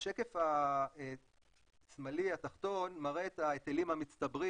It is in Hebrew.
השקף השמאלי התחתון מראה את ההיטלים המצטברים